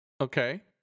Okay